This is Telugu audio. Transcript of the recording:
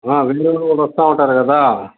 వేరే వాళ్ళు కూడ వస్తూ ఉంటారు కదా